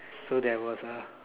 so there was a